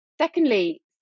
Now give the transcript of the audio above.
secondly